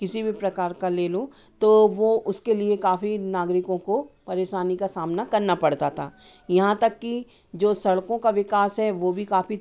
किसी भी प्रकार का ले लो तो वह उसके लिए काफ़ी नागरिकों को परेशानी का सामना करना पड़ता था यहाँ तक कि जो सड़कों का विकास है वह भी काफी